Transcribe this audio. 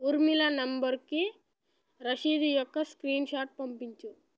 ఊర్మిళ నంబరుకి రశీదు యొక్క స్క్రీన్ షాట్ పంపించు